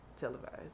televised